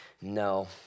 no